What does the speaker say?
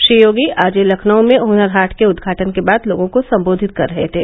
श्री योगी आज लखनऊ में हनर हाट के उदघाटन के बाद लोगों को संबोधित कर रहे थे